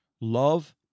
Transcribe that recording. Love